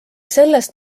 sellest